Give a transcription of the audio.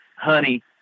honey